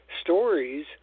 stories